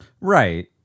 Right